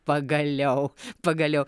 pagaliau pagaliau